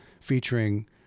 featuring